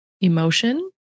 emotion